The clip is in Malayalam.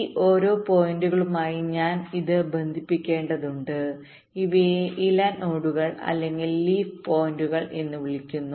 ഈ ഓരോ പോയിന്റുകളുമായി ഞാൻ ഇത് ബന്ധിപ്പിക്കേണ്ടതുണ്ട് ഇവയെ ഇല നോഡുകൾ അല്ലെങ്കിൽ ലീഫ് പോയിന്റുകൾഎന്ന് വിളിക്കുന്നു